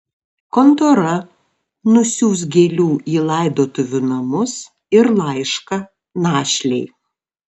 kontora nusiųs gėlių į laidotuvių namus ir laišką našlei